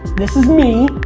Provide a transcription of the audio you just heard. this is me,